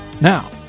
Now